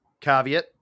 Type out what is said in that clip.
caveat